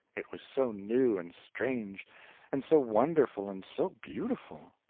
it was so new and strange and so wonderful and so beautiful!